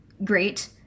Great